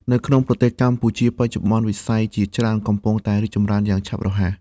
នៅក្នុងប្រទេសកម្ពុជាបច្ចុប្បន្ន វិស័យជាច្រើនកំពុងតែរីកចម្រើនយ៉ាងឆាប់រហ័ស។